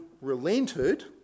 relented